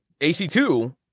AC2